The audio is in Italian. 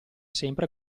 sempre